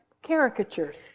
caricatures